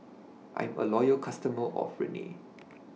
I'm A Loyal customer of Rene